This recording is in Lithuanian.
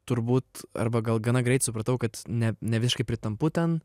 turbūt arba gal gana greit supratau kad ne nevisiškai pritampu ten